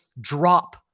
drop